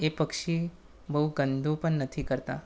એ પક્ષી બહુ ગંદુ પણ નથી કરતાં